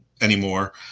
anymore